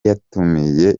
yatumiye